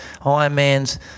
ironmans